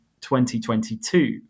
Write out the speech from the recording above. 2022